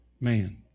man